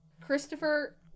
Christopher